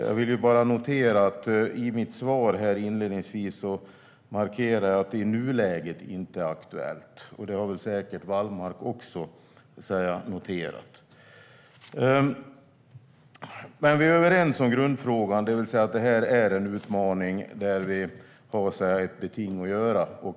Jag vill bara notera att jag i mitt svar inledningsvis markerade att det inte är aktuellt, och det har säkert också Wallmark noterat. Vi är dock överens om grundfrågan, det vill säga att detta är en utmaning där vi har ett beting att göra.